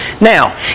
now